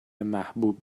محبوب